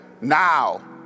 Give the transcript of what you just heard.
now